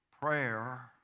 Prayer